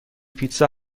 پیتزا